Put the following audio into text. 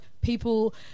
people